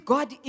God